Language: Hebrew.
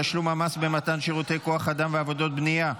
תשלום המס במתן שירותי כוח אדם ועבודות בנייה),